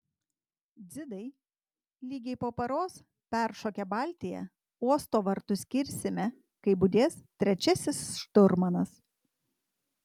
dzidai lygiai po paros peršokę baltiją uosto vartus kirsime kai budės trečiasis šturmanas